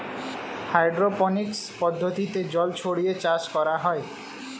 hydroponics পদ্ধতিতে জল ছড়িয়ে চাষ করা হয়